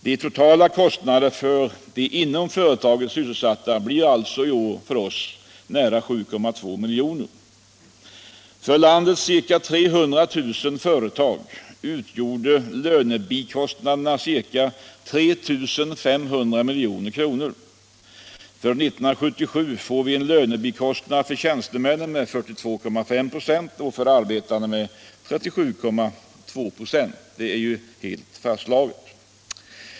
De totala kostnaderna för de inom företaget sysselsatta blir alltså i år för oss nära 7,2 milj.kr. För landets ca 300 000 företag utgjorde lönebikostnaderna ca 3 500 milj.kr. 1977 får vi en lönebikostnad för tjänstemännen med 42,5 46 och för arbetarna med 37,2 ?6. Det är helt fastslaget.